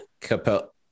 Capel